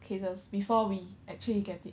cases before we actually get it